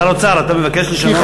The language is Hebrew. שר האוצר, אתה מבקש לשנות?